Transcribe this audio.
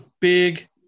big